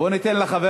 בואו ניתן לחבר